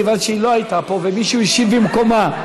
כיון שהיא לא הייתה פה ומישהו השיב במקומה.